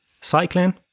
cycling